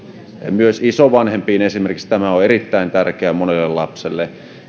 myös esimerkiksi isovanhempiin tämä on erittäin tärkeää monelle lapselle